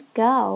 go